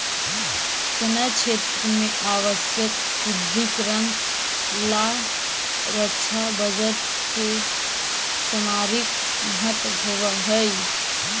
सैन्य क्षेत्र में आवश्यक सुदृढ़ीकरण ला रक्षा बजट के सामरिक महत्व होवऽ हई